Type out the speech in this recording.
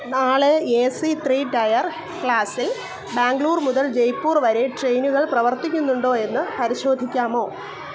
നാളെ A C three tier ക്ലാസിൽ ബാംഗ്ലൂർ മുതൽ ജയ്പൂർ വരെ ട്രെയിനുകൾ പ്രവർത്തിക്കുന്നുണ്ടോ എന്ന് പരിശോധിക്കാമോ